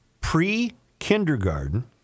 pre-kindergarten